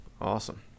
Awesome